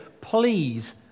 Please